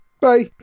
bye